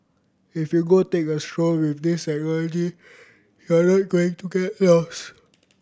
if you go take a stroll with this technology you're not going to get lost